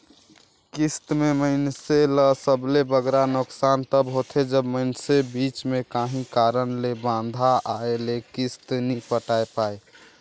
किस्त में मइनसे ल सबले बगरा नोसकान तब होथे जब मइनसे बीच में काहीं कारन ले बांधा आए ले किस्त नी पटाए पाए